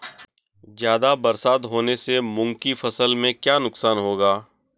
ज़्यादा बरसात होने से मूंग की फसल में क्या नुकसान होगा?